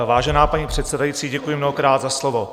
Vážená paní předsedající, děkuji mnohokrát za slovo.